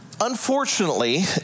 unfortunately